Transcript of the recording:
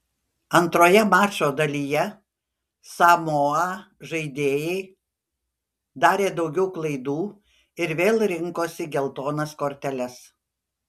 antroje mačo dalyje samoa žaidėjai darė daugiau klaidų ir vėl rinkosi geltonas korteles